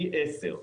פי 10?